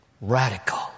radical